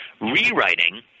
rewriting